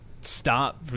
stop